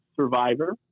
survivor